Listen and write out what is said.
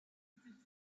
eins